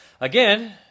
Again